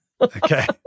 Okay